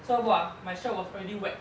so !wah! my shirt was already wet